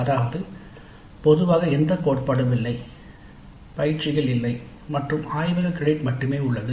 அதாவது பொதுவாக எந்த கோட்பாடும் இல்லை பயிற்சிகள் இல்லை மற்றும் ஆய்வக கிரெடிட் மட்டுமே உள்ளது